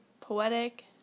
poetic